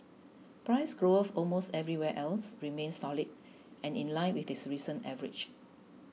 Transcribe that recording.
price growth almost everywhere else remained solid and in line with its recent average